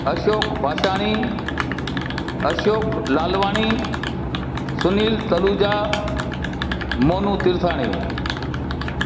Ashok Basiyani Ashok Lalwani Sunil Taluja Monu Tulsani